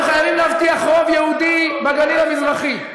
אנחנו חייבים להבטיח רוב יהודי בגליל המזרחי.